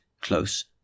close